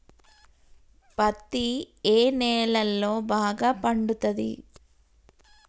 పత్తి ఏ నేలల్లో బాగా పండుతది?